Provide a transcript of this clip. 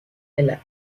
elle